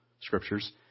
scriptures